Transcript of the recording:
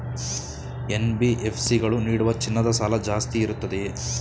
NBFC ಗಳು ನೀಡುವ ಚಿನ್ನದ ಸಾಲ ಜಾಸ್ತಿ ಇರುತ್ತದೆಯೇ?